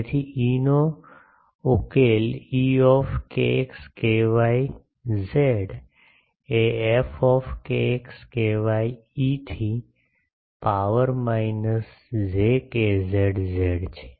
તેથી E નો ઉકેલો E એ f e થી power minus j kz z છે